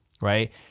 right